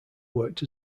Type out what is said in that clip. worked